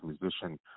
musician